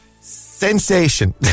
Sensation